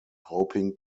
hoping